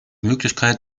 möglichkeit